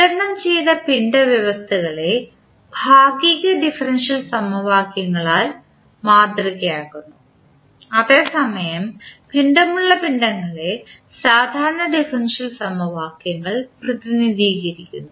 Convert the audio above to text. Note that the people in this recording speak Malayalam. വിതരണം ചെയ്ത പിണ്ഡവ്യവസ്ഥകളെ ഭാഗിക ഡിഫറൻഷ്യൽ സമവാക്യങ്ങളാൽ മാതൃകയാക്കുന്നു അതേസമയം പിണ്ഡമുള്ള പിണ്ഡങ്ങളെ സാധാരണ ഡിഫറൻഷ്യൽ സമവാക്യങ്ങൾ പ്രതിനിധീകരിക്കുന്നു